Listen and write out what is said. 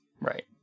Right